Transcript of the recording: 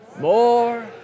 More